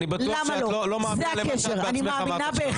אני בטוח שאת לא מאמינה למה שאת אומרת עכשיו.